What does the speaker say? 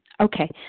Okay